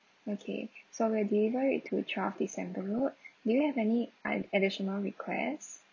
okay so we'll deliver it to twelve december road do you have any a~ additional request